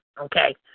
Okay